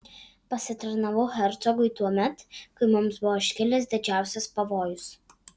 pasitarnavau hercogui tuomet kai mums buvo iškilęs didžiausias pavojus